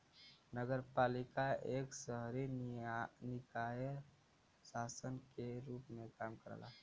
नगरपालिका एक शहरी निकाय शासन के रूप में काम करला